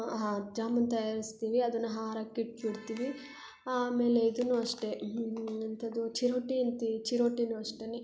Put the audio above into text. ಆ ಜಾಮೂನ್ ತಯಾರಿಸ್ತೀವಿ ಅದನ್ನು ಆರಕ್ ಇಟ್ಟು ಬಿಡ್ತೀವಿ ಆಮೇಲೆ ಇದೂ ಅಷ್ಟೇ ಎಂಥದು ಚಿರೋಟಿ ಅಂತೀವಿ ಚಿರೋಟಿನೂ ಅಷ್ಟೇ